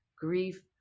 grief